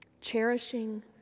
cherishing